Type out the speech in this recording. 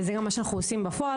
וזה מה שאנחנו גם עושים בפועל.